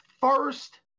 first